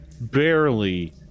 barely